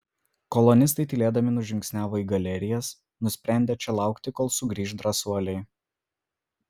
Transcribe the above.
kolonistai tylėdami nužingsniavo į galerijas nusprendę čia laukti kol sugrįš drąsuoliai